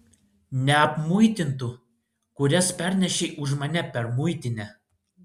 neapmuitintų kurias pernešei už mane per muitinę